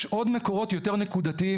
יש עוד מקורות יותר נקודתיים,